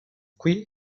qui